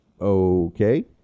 Okay